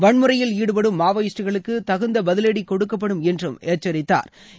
வன்முறையில் ஈடுபடும் மாவோயிஸ்டுகளுக்கு தகுந்த பதிவடி கொடுக்கப்படும் என்று எச்சரித்தாா்